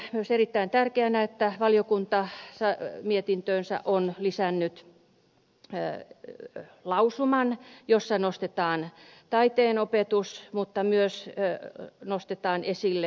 pidän myös erittäin tärkeänä että valiokunta mietintöönsä on lisännyt lausuman jossa nostetaan esille taiteen opetus mutta myös nostetaan esille rahoitus